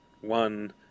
one